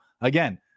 Again